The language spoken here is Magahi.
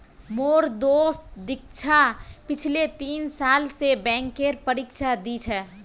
मोर दोस्त दीक्षा पिछले तीन साल स बैंकेर परीक्षा दी छ